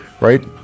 right